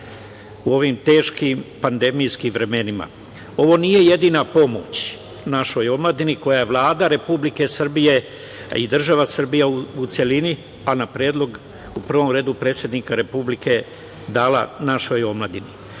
u ovim teškim pandemijskim vremenima. Ovo nije jedina pomoć našoj omladini koju je Vlada Republike Srbije i država Srbija u celini, a na predlog u prvom redu predsednika Republike, dala našoj omladini.